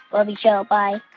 love your show. bye